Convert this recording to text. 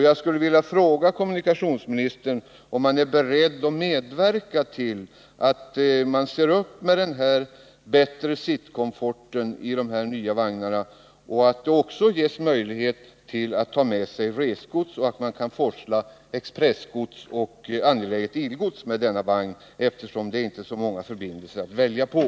Jag skulle vilja fråga kommunikationsministern om han är beredd att medverka till att man tänker på den bättre sittkomforten i de nya vagnarna 93 och att det även skapas möjlighet för resenärerna att ta med sig resgods, liksom att man kan forsla expressgods och angeläget ilgods med denna vagn, eftersom det inte är så många förbindelser att välja på.